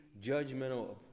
judgmental